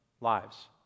lives